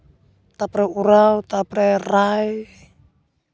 ᱛᱟᱨᱯᱚᱨᱮ ᱳᱨᱟᱸᱣ ᱛᱟᱨᱯᱚᱨᱮ ᱨᱟᱭ